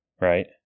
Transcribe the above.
right